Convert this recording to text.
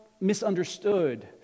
misunderstood